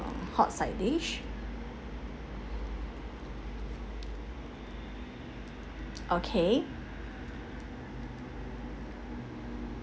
hot side dish okay